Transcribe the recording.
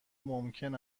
ممکن